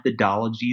methodologies